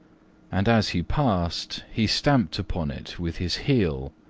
and as he passed he stamped upon it with his heel.